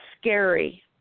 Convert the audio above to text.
scary